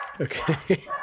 Okay